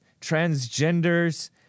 transgenders